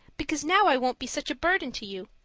because now i won't be such a burden to you.